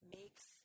makes